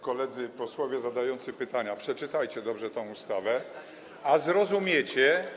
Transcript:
Koledzy posłowie zadający pytania, przeczytajcie dobrze tę ustawę, a zrozumiecie.